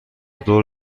دور